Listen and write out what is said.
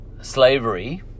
slavery